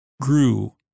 grew